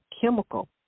chemical